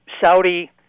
Saudi